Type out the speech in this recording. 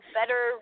better